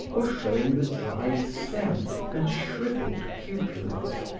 or showing the dried stem and shrivelled cupules,